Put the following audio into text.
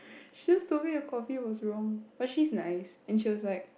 she just told me a coffee was wrong but she's nice and she was like